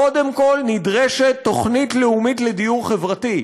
קודם כול נדרשת תוכנית לאומית לדיור חברתי,